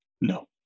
no